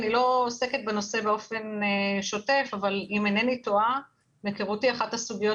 אני לא עוסקת בנושא באופן שוטף אבל אם אינני טועה אחת הסוגיות